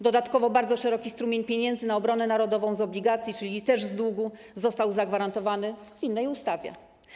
Dodatkowo bardzo szeroki strumień pieniędzy na obronę narodową z obligacji, czyli też z długu, został zagwarantowany w innej ustawie.